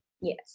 Yes